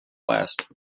last